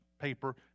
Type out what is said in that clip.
paper